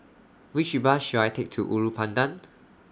Which Bus should I Take to Ulu Pandan